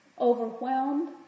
overwhelmed